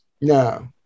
No